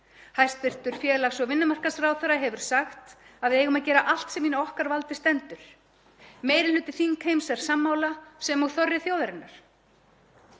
Hæstv. félags- og vinnumarkaðsráðherra hefur sagt að við eigum að gera allt sem í okkar valdi stendur. Meiri hluti þingheims er sammála sem og þorri þjóðarinnar.